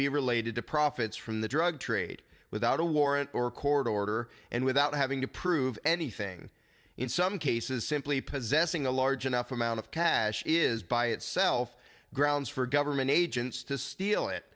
be related to profits from the drug trade without a warrant or court order and without having to prove anything in some cases simply possessing a large enough amount of cash is by itself grounds for government agents to steal it